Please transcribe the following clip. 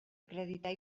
acreditar